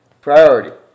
priority